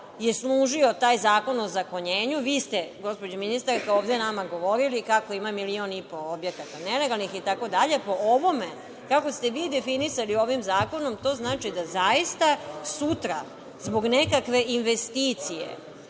je služio taj Zakon o ozakonjenju, vi ste gospođo ministarka ovde nama govorili kako ima milion i po ovde nelegalnih, itd. Po ovome kako ste vi definisali ovim zakonom, to znači da zaista sutra zbog nekakve investicije